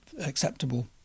acceptable